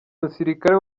musirikare